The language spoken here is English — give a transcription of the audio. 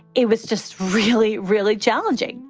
it was just really, really challenging.